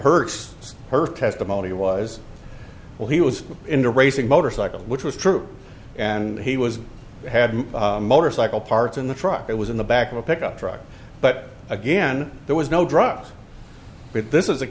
hurts her testimony was all he was into racing motorcycles which was true and he was had motorcycle parts in the truck it was in the back of a pickup truck but again there was no drugs but this